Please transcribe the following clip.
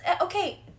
okay